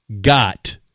got